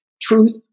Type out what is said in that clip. truth